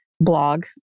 blog